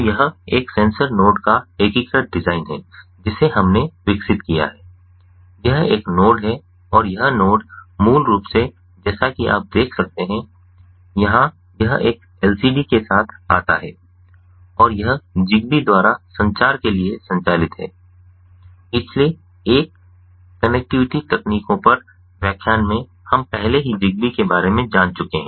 तो यह एक सेंसर नोड का एकीकृत डिजाइन है जिसे हमने विकसित किया है यह एक नोड है और यह नोड मूल रूप से जैसा कि आप देख सकते हैं यहां यह एक एलसीडी के साथ आता है और यह ज़िगबी द्वारा संचार के लिए संचालित है पिछले एक कनेक्टिविटी तकनीकों पर व्याख्यान में हम पहले ही जिग्बी के बारे में जान चुके हैं